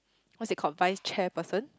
what's it called vice chair person